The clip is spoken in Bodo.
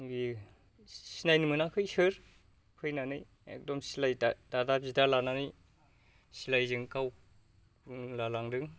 बेयो सिनायनो मोनाखै सोर फैनानै एखदम सिलाइ दादा दिदा लानानै सिलायजों गावग्लुंला लांदों